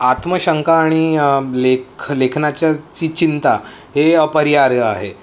आत्मशंका आणि लेख लेखनाच्या ची चिंता हे अपरिहार्य आहे